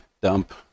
dump